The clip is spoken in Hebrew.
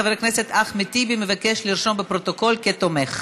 חבר הכנסת אחמד טיבי מבקש לרשום אותו בפרוטוקול כתומך.